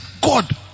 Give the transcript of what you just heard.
God